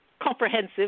comprehensive